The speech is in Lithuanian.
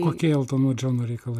kokie eltono džono reikalai